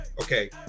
Okay